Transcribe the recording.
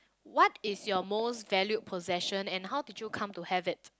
what is your most valued possession and how did you come to have it